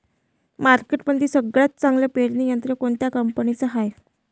मार्केटमंदी सगळ्यात चांगलं पेरणी यंत्र कोनत्या कंपनीचं हाये?